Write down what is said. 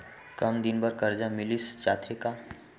कम दिन बर करजा मिलिस जाथे का?